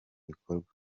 bikorwa